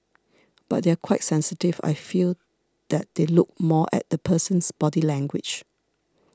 but they are quite sensitive I feel that they look more at the person's body language